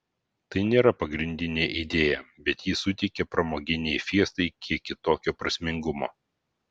tai nėra pagrindinė idėja bet ji suteikia pramoginei fiestai kiek kitokio prasmingumo